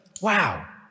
Wow